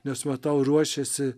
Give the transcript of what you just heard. nes matau ruošiasi